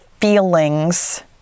feelings